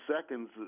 seconds